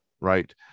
right